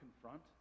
confront